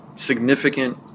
significant